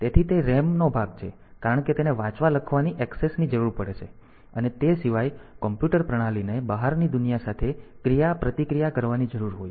તેથી તે RAM નો ભાગ છે કારણ કે તેને વાંચવા લખવાની ઍક્સેસ ની જરૂર પડશે અને તે સિવાય કમ્પ્યુટર પ્રણાલીને બહારની દુનિયા સાથે ક્રિયાપ્રતિક્રિયા કરવાની જરૂર હોય છે